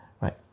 right